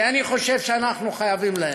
כי אני חושב שאנחנו חייבים להם.